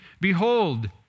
Behold